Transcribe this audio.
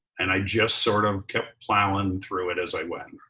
and i just sort of kept plowing through it as i went.